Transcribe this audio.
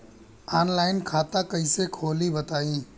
Online खाता कइसे खोली बताई?